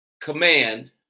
command